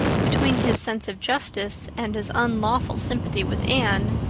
between his sense of justice and his unlawful sympathy with anne,